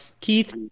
Keith